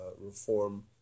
Reform